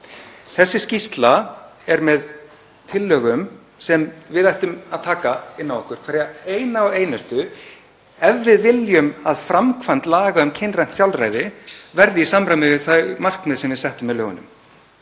Þessi skýrsla er með tillögum sem við ættum að taka inn á okkur, hverja eina og einustu, ef við viljum að framkvæmd laga um kynrænt sjálfræði verði í samræmi við þau markmið sem við settum með lögunum.